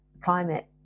climate